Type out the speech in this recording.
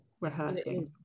rehearsing